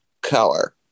color